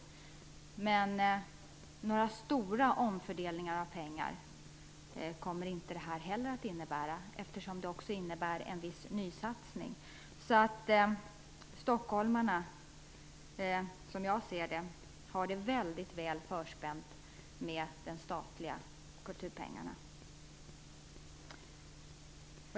Inte heller det kommer att innebära några stora omfördelningar av pengar, eftersom det också innebär en viss nysatsning. Som jag ser det har stockholmarna det väldigt väl förspänt när det gäller de statliga kulturpengarna.